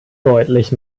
deutlich